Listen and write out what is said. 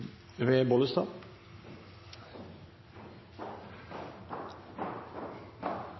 ved